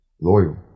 Loyal